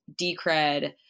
Decred